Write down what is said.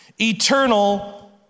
eternal